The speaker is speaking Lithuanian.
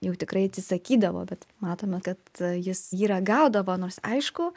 jau tikrai atsisakydavo bet matome kad jis jį ragaudavo nors aišku